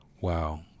wow